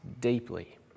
deeply